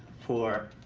for